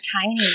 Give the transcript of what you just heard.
tiny